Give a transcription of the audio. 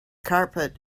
carpet